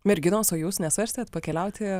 merginos o jūs nesvarstėt pakeliauti